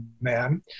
man